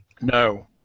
No